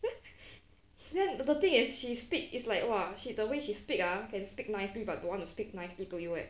then then the thing is she speak is like !wah! shit the way she speak ah can speak nicely but don't want to speak nicely to you leh